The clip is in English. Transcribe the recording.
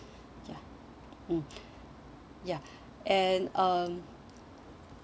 ya mm ya and um